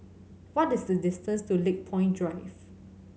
what is the distance to Lakepoint Drive